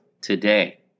today